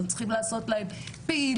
אנחנו צריכים לעשות להם פעילות,